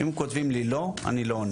אם הם כותבים לי, לא, אני לא עונה.